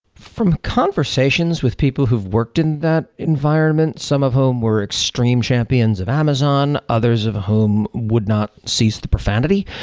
from the conversations with people who've worked in that environment, some of whom were extreme champions of amazon, others of whom would not cease the profanity,